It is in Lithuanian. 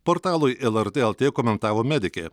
portalui lrt lt komentavo medikė